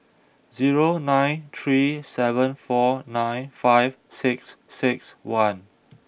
zero nine three seven four nine five six six one